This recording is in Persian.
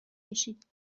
کشید